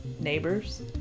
neighbors